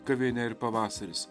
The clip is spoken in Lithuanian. gavėnia ir pavasaris